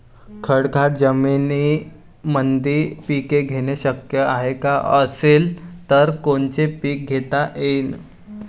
खडकाळ जमीनीमंदी पिके घेणे शक्य हाये का? असेल तर कोनचे पीक घेता येईन?